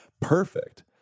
Perfect